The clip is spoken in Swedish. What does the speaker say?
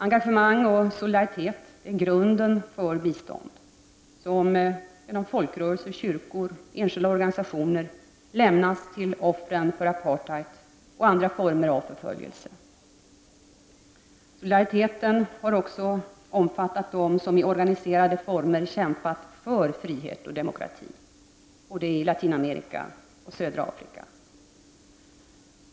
Engagemang och solidaritet är grunden för detta bistånd, som genom folkrörelser, kyrkor och enskilda organisationer lämnats till offren för apartheid och andra former av förföljelse. Solidariteten har också omfattat dem som i organiserade former kämpat för frihet och demokrati, både i Latinamerika och i södra Afrika.